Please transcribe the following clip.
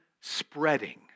spreading